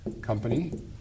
company